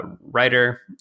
writer